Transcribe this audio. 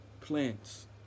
plants